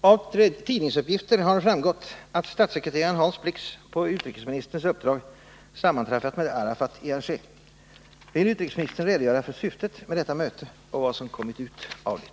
Av tidningsuppgifter har framgått att statssekreteraren Hans Blix på utrikesministerns uppdrag sammanträffat med Arafat i Alger. Vill utrikesministern redogöra för syftet med detta möte och vad som kommit ut av det?